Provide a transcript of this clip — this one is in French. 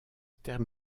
terme